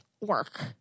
work